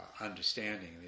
understanding